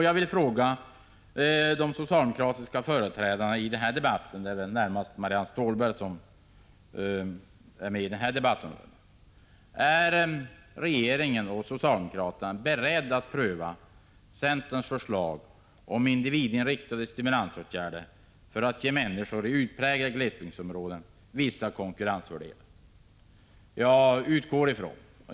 Jag vill fråga de socialdemokratiska företrädarna i den här debatten, närmast Marianne Stålberg: Är regeringen och socialdemokraterna beredda att pröva centerns förslag om individinriktade stimulansåtgärder för att ge människor i utpräglade glesbygdsområden vissa konkurrensfördelar?